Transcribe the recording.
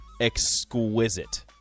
exquisite